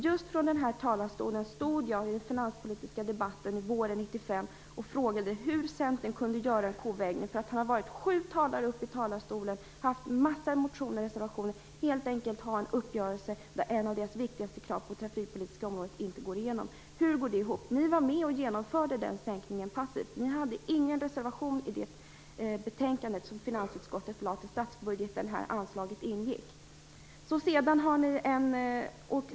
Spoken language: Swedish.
Just från den här talarstolen frågade jag våren 1995 i den finanspolitiska debatten hur Centern kunde göra en kovändning - det hade varit sju talare uppe i talarstolen, och man hade en mängd motioner och reservationer - och gå med på en uppgörelse så att ett av Centerns viktigaste krav på det trafikpolitiska området inte går igenom. Hur går det ihop? Ni var med och genomförde den sänkningen passivt. Ni hade ingen reservation i det betänkande som finansutskottet lade fram med anledning av statsbudgeten och där anslaget ingick.